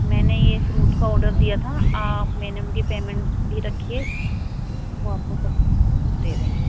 میں نے یہ فروٹ کا آڈر دیا تھا آپ میں نے ان کی پیمنٹ بھی رکھی ہے وہ آپ کو سب دے دیں گے